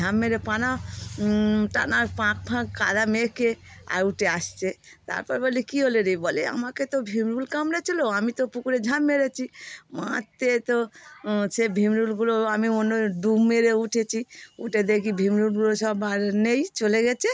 ঝাঁপ মেরে পানা টানা পাঁক ফাঁক কাদা মেখে আর উঠে আসছে তারপর বলি কি হল রে বলে আমাকে তো ভীমরুল কামড়েছিলো আমি তো পুকুরে ঝাঁপ মেরেছি মারতে তো সে ভিমরুলগুলো আমি অন্য ডুব মেরে উঠেছি উঠে দেখি ভিমরুলগুলো সব আর নেই চলে গেছে